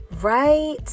right